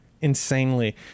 insanely